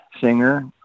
singer